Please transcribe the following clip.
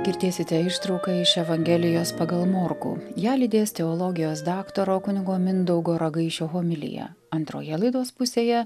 girdėsite ištrauką iš evangelijos pagal morkų ją lydės teologijos daktaro kunigo mindaugo ragaišio homilija antroje laidos pusėje